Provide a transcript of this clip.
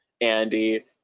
Andy